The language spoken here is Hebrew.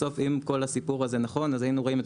בסוף אם כל הסיפור הזה נכון אז היינו רואים את